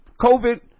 COVID